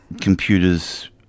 computers